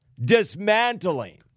dismantling